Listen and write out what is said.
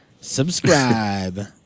Subscribe